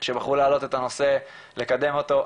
שבחרו להעלות את הנושא, לקדם אותו.